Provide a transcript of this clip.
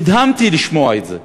נדהמתי לשמוע את זה.